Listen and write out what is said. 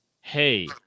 hey